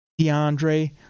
DeAndre